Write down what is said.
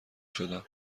شدم